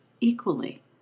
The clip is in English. equally